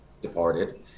departed